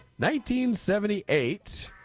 1978